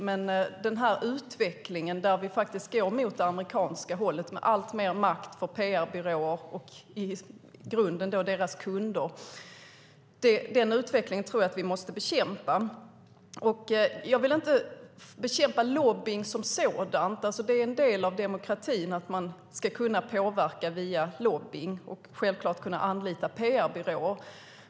Men denna utveckling, där vi faktiskt går åt det amerikanska hållet med alltmer makt för PR-byråer och i grunden för deras kunder, tror jag att vi måste bekämpa. Jag vill inte bekämpa lobbying som sådan. Det är en del av demokratin att man ska kunna påverka via lobbying och självklart kunna anlita PR-byråer.